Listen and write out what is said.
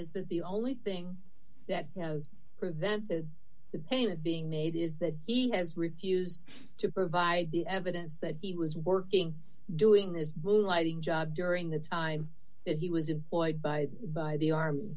is that the only thing that prevented the payment being made is that he has refused to provide the evidence that he was working doing is moonlighting job during the time that he was employed by by the arm